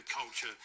culture